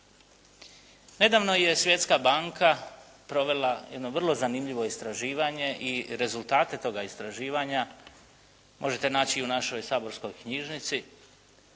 Nedavno je Svjetska banka provela jedno vrlo zanimljivo istraživanje i rezultate toga istraživanja možete naći u našoj saborskoj knjižnici